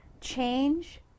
change